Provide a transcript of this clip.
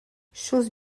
chose